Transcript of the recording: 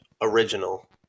original